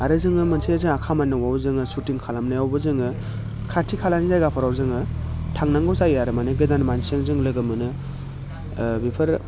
आरो जोङो मोनसे जाहा खामानि दंबावो जोङो सुटिं खालामनायावबो जोङो खाथि खालानि जायगाफोराव जोङो थांनांगौ जायो आरो माने गोदान मानसिजों जों लोगो मोनो बेफोर